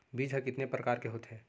बीज ह कितने प्रकार के होथे?